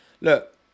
Look